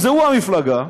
שהוא המפלגה,